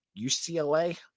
UCLA